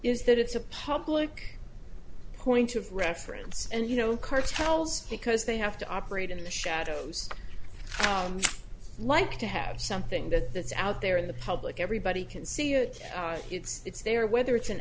is that it's a public point of reference and you know cartels because they have to operate in the shadows like to have something that that's out there in the public everybody can see it it's there whether it's an